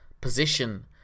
position